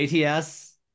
ATS